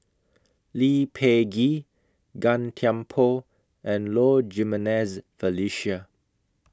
Lee Peh Gee Gan Thiam Poh and Low Jimenez Felicia